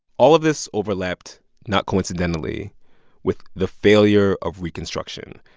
all of this overlapped not coincidentally with the failure of reconstruction.